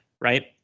Right